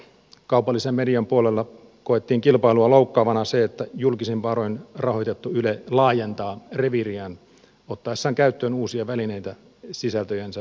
kaupallisen median puolella koettiin kilpailua loukkaavana se että julkisin varoin rahoitettu yle laajentaa reviiriään ottaessaan käyttöön uusia välineitä sisältöjensä julkaisemiseen